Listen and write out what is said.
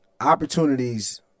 opportunities